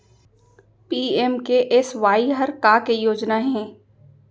PMKSY हर का के योजना हे?